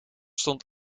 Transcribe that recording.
stond